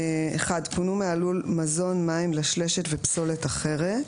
פונו מהלול מזון, מים, לשלשת ופסולת אחרת.